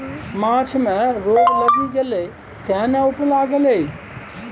माछ मे रोग लागि गेलै तें ने उपला गेलै